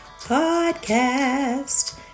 Podcast